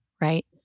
Right